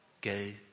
Go